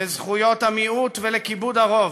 לזכויות המיעוט ולכיבוד הרוב,